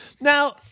Now